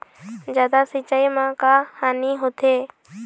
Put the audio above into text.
जादा सिचाई म का हानी होथे?